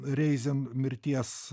reizen mirties